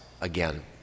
again